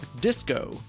Disco